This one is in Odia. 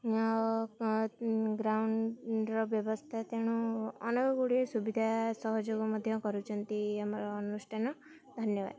ଗ୍ରାଉଣ୍ଡର ବ୍ୟବସ୍ଥା ତେଣୁ ଅନେକ ଗୁଡ଼ିଏ ସୁବିଧା ସହଯୋଗ ମଧ୍ୟ କରୁଛନ୍ତି ଆମର ଅନୁଷ୍ଠାନ ଧନ୍ୟବାଦ